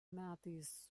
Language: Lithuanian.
metais